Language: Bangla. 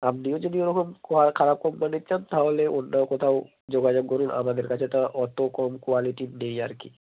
আপনিও যদি ওরকম কো আ খারাপ কোম্পানির চান তাহলে অন্য কোথাও যোগাযোগ করুন আমাদের কাছে তো অত কম কোয়ালিটির নেই আর কি